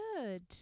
Good